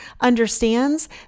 understands